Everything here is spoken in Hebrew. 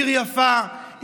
עיר יפה,